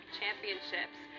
championships